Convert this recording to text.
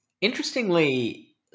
Interestingly